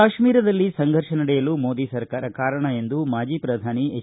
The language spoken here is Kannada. ಕಾಶ್ಮೀರದಲ್ಲಿ ಸಂಘರ್ಷ ನಡೆಯಲು ಮೋದಿ ಸರ್ಕಾರ ಕಾರಣ ಎಂದು ಮಾಜಿ ಪ್ರಧಾನಿ ಎಚ್